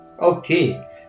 Okay